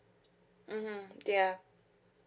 mmhmm ya